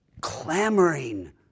clamoring